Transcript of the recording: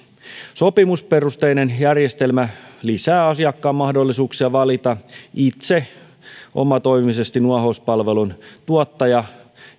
sopimusperusteinen järjestelmä lisää asiakkaan mahdollisuuksia valita omatoimisesti nuohouspalvelun tuottaja